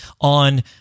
on